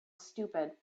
stupid